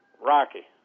Rocky